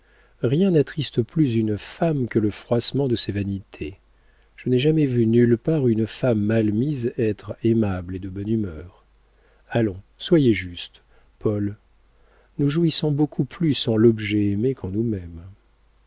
rien n'attriste plus une femme que le froissement de ses vanités je n'ai jamais vu nulle part une femme mal mise être aimable et de bonne humeur allons soyez juste paul nous jouissons beaucoup plus en l'objet aimé qu'en nous-même